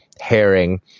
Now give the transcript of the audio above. herring